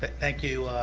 thank you,